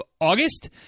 august